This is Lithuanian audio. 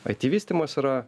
aiti vystymas yra